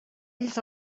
ells